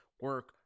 Work